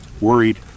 Worried